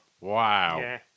Wow